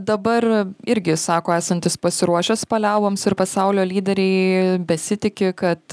dabar irgi sako esantis pasiruošęs paliauboms ir pasaulio lyderiai besitiki kad